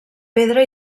pedra